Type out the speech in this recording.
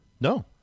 No